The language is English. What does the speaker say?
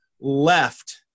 left